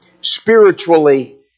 spiritually